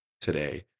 today